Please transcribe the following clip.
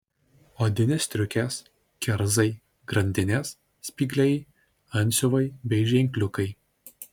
odinės striukės kerzai grandinės spygliai antsiuvai bei ženkliukai